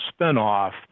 spinoff